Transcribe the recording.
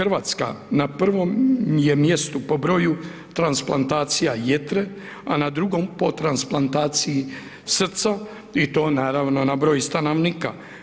RH na prvom je mjestu po broju transplantacija jetre, a na drugom po transplantaciji srca i to naravno na broj stanovnika.